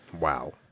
Wow